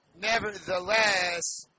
Nevertheless